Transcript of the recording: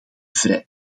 vrij